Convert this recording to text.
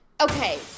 Okay